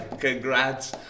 congrats